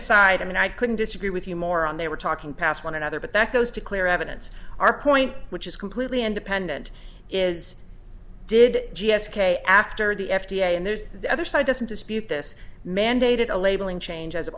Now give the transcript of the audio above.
aside and i couldn't disagree with you more on there we're talking past one another but that goes to clear evidence our point which is completely independent is did g s k after the f d a and there's the other side doesn't dispute this mandated a labeling change as